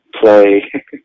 play